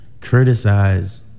criticize